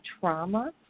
trauma